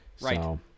Right